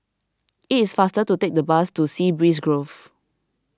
it is faster to take the bus to Sea Breeze Grove